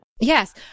Yes